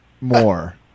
more